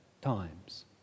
times